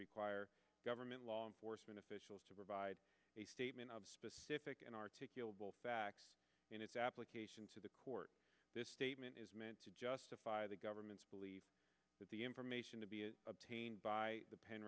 require government law enforcement officials to provide a statement of specific and articulable facts in its application to the court this statement is meant to justify the government's belief that the information to be obtained by the p